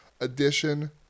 edition